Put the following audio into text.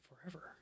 forever